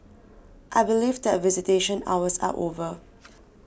I believe that visitation hours are over